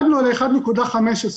ל-1.15%.